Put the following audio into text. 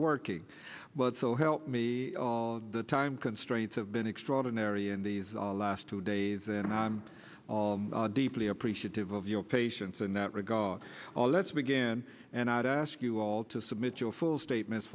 working but so help me all the time constraints have been extraordinary in these last two days and i'm deeply appreciative of your patience in that regard all let's begin and i ask you all to submit your full statement